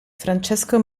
francesco